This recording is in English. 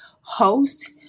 host